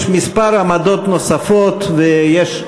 יש כמה עמדות נוספות ויש,